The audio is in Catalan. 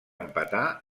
empatar